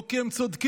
לא כי הם צודקים,